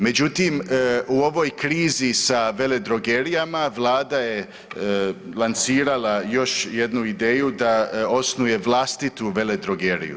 Međutim u ovoj krizi sa veledrogerijama, Vlada je lansirala još jednu ideju da osnuje vlastitu veledrogeriju.